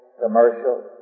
Commercial